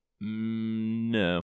no